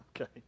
Okay